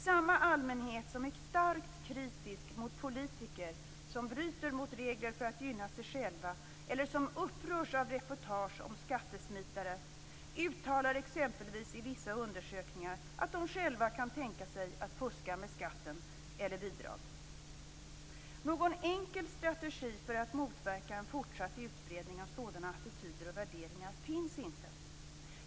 Samma allmänhet som är starkt kritisk mot politiker som bryter mot regler för att gynna sig själva eller som upprörs av reportage om skattesmitare uttalar exempelvis i vissa undersökningar att de själva kan tänka sig att fuska med skatten eller bidrag. Någon enkel strategi för att motverka en fortsatt utbredning av sådana attityder och värderingar finns inte.